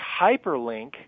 hyperlink